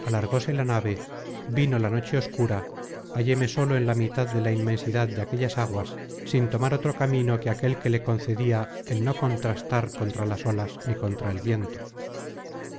alargóse la nave vino la noche oscura halléme solo en la mitad de la inmensidad de aquellas aguas sin tomar otro camino que aquel que le concedia el no contrastar contra las olas ni contra el viento